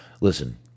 Listen